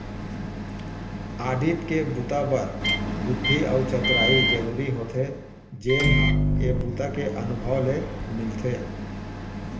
audit के बूता बर बुद्धि अउ चतुरई जरूरी होथे जेन ह ए बूता के अनुभव ले मिलथे